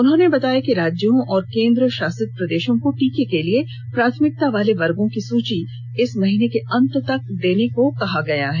उन्होंने बताया कि राज्यों और केंद्रशासित प्रदेशों को टीके के लिए प्राथमिकता वाले वर्गों की सूची इस महीने के अंत तक देने को कहा गया है